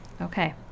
Okay